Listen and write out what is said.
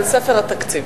ספר התקציב.